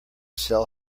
sell